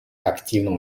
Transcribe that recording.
активным